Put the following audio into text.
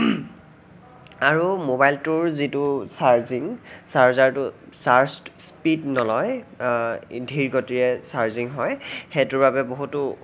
আৰু মোবাইলটোৰ যিটো চাৰ্জিং চাৰ্জাৰটো চাৰ্জ স্পীড নলয় ধীৰ গতিৰে চাৰ্জিং হয় সেইটোৰ বাবে বহুতো